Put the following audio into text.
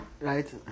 Right